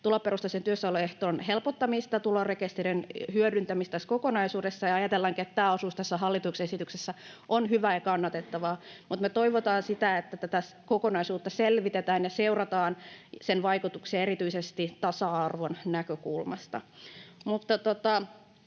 tuloperustaisen työssäoloehdon helpottamista, tulorekisterin hyödyntämistä tässä kokonaisuudessa, ja ajatellaankin, että tämä osuus tässä hallituksen esityksessä on hyvä ja kannatettava. Mutta me toivotaan sitä, että tätä kokonaisuutta selvitetään ja seurataan sen vaikutuksia erityisesti tasa-arvon näkökulmasta.